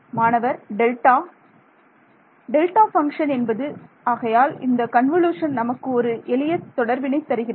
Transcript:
மாணவர் delta delta function என்பது ஆகையால் இந்த கன்வொலுஷன் நமக்கு ஒரு எளிய தொடர்பினைத் தருகிறது